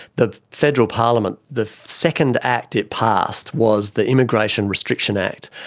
the federal parliament, the second act it passed was the immigration restriction act,